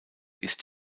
ist